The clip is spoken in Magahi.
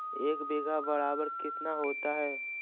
एक बीघा बराबर कितना होता है?